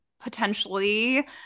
Potentially